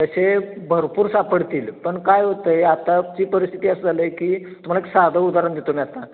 तसे भरपूर सापडतील पण काय होतं आहे आताची परिस्थिती असं झालं आहे की तुम्हाला एक साधं उदाहरण देतो मी आता